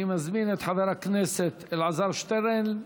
אני מזמין את חבר הכנסת אלעזר שטרן,